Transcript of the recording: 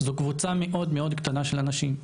זו קבוצה מאוד, מאוד קטנה של אנשים,